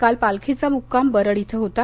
काल पालखीचा मुक्काम बरड इथं होता